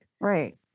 Right